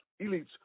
elites